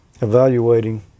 evaluating